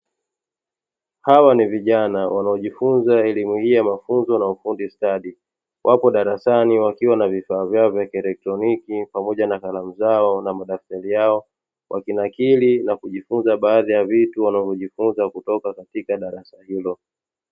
Hawa ni vijana wanaojifunza elimu hii ya mafunzo na ufundi stadi, wapo darasani wakiwa na vifaa vyao vya kielektroniki pamoja na kalamu zao na madaftari yao, wakinakili na kujifunza baadhi ya vitu wanavyojifunza kutoka katika darasa hilo.